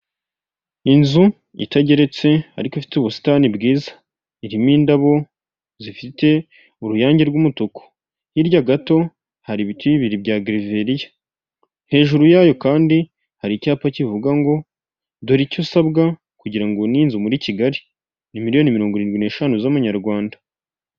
Inzu itageretse ariko ifite ubusitani bwiza, irimo indabo zifite uruyange rw'umutuku, hirya gato hari ibiti bibiri bya gerevriya, hejuru yayo kandi hari icyapa kivuga ngo, dore icyo usabwa kugira ubone inzu muri kigali, ni miliyoni mirongo irindwi n'eshanu z'amanyarwanda.